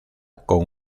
con